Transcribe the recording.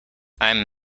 i’m